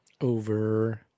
Over